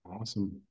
awesome